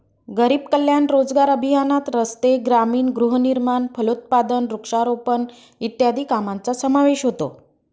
गरीब कल्याण रोजगार अभियानात रस्ते, ग्रामीण गृहनिर्माण, फलोत्पादन, वृक्षारोपण इत्यादी कामांचा समावेश होतो